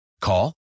Call